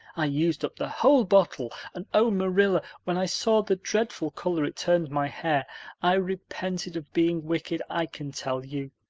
i used up the whole bottle, and oh, marilla, when i saw the dreadful color it turned my hair i repented of being wicked, i can tell you.